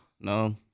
No